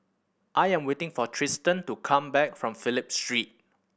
I am waiting for Trystan to come back from Phillip Street